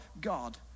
God